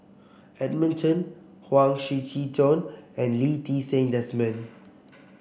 Edmund Chen Huang Shiqi Joan and Lee Ti Seng Desmond